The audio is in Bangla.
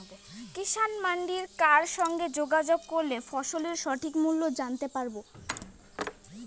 কিষান মান্ডির কার সঙ্গে যোগাযোগ করলে ফসলের সঠিক মূল্য জানতে পারবো?